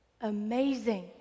amazing